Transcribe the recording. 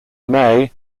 may